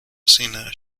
senna